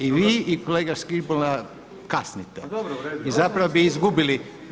I vi i kolega Škibola kasnite i zapravo bi izgubili.